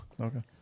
Okay